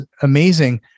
amazing